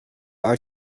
are